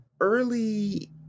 early